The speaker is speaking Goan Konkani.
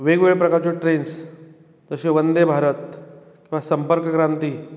वेगवेळ्यो प्रकारच्यो ट्रेन्स तश्यो वंदे भारत किंवा संपर्क क्रांती